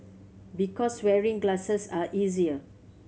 because wearing glasses are easier